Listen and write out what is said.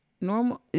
normal